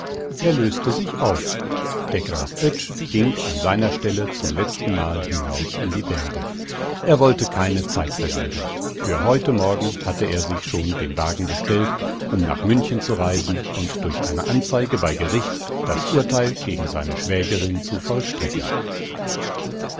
er löste sich auf der graf oetsch ging an seiner stelle zum letztenmal hinaus in die berge er wollte keine zeit verlieren für heute morgen hatte er sich schon den wagen bestellt um nach münchen zu reisen und durch eine anzeige bei gericht das urteil gegen seine schwägerin zu vollstrecken